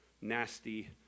nasty